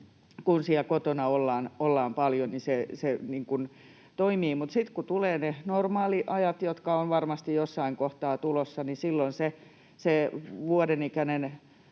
Kun siellä kotona ollaan paljon, niin se toimii, mutta sitten kun tulevat ne normaaliajat, jotka ovat varmasti jossain kohtaa tulossa, niin silloin se vuoden ikäinen